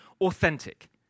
authentic